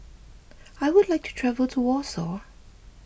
I would like to travel to Warsaw